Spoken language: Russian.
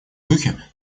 духе